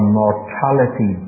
mortality